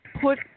Put